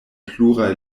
pluraj